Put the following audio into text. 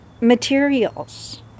materials